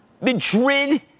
Madrid